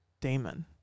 Damon